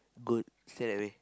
good stay that way